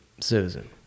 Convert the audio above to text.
citizen